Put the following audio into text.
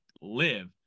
live